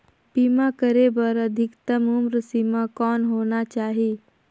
बीमा करे बर अधिकतम उम्र सीमा कौन होना चाही?